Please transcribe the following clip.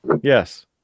yes